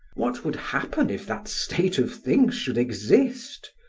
what would happen if that state of things should exist?